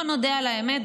בוא נודה על האמת,